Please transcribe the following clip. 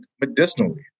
medicinally